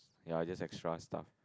are just extra stuff